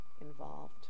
involved